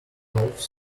doves